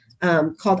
Called